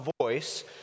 voice